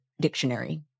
Dictionary